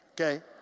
okay